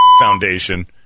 Foundation